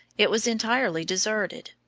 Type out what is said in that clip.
it was entirely deserted,